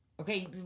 Okay